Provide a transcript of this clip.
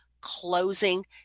closing